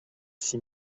six